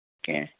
کیٚنٛہہ